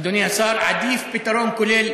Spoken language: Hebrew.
אדוני השר, עדיף פתרון כולל